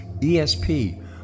ESP